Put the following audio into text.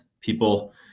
people